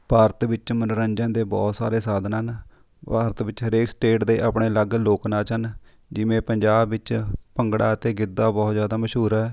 ਭਾਰਤ ਵਿੱਚ ਮਨੋਰੰਜਨ ਦੇ ਬਹੁਤ ਸਾਰੇ ਸਾਧਨ ਹਨ ਭਾਰਤ ਵਿੱਚ ਹਰੇਕ ਸਟੇਟ ਦੇ ਆਪਣੇ ਅਲੱਗ ਲੋਕਨਾਚ ਹਨ ਜਿਵੇਂ ਪੰਜਾਬ ਵਿੱਚ ਭੰਗੜਾ ਅਤੇ ਗਿੱਧਾ ਬਹੁਤ ਜ਼ਿਆਦਾ ਮਸ਼ਹੂਰ ਹੈ